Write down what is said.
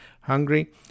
hungary